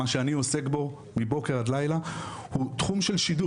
מה שאני עוסק בו מבוקר עד לילה הוא תחום של שידוך.